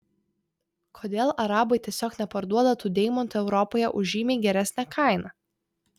kodėl arabai tiesiog neparduoda tų deimantų europoje už žymiai geresnę kainą